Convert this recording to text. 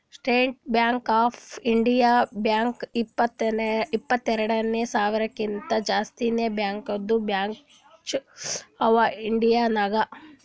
state Bank of India ಬ್ಯಾಂಕ್ದು ಇಪ್ಪತ್ತೆರೆಡ್ ಸಾವಿರಕಿಂತಾ ಜಾಸ್ತಿನೇ ಬ್ಯಾಂಕದು ಬ್ರ್ಯಾಂಚ್ ಅವಾ ಇಂಡಿಯಾ ನಾಗ್